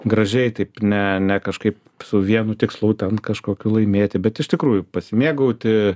gražiai taip ne ne kažkaip su vienu tikslu ten kažkokių laimėti bet iš tikrųjų pasimėgauti